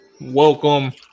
Welcome